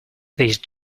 these